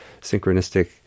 synchronistic